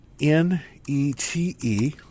n-e-t-e